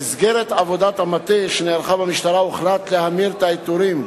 במסגרת עבודת המטה שנערכה במשטרה הוחלט להמיר את העיטורים,